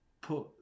put